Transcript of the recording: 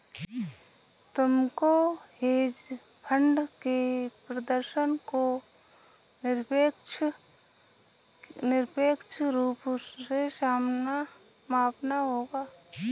तुमको hedge fund के प्रदर्शन को निरपेक्ष रूप से मापना होगा